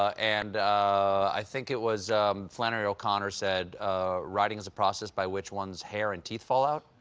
ah and i think it was flannery o'connor said writing is a process by which one's hair and teeth fall out.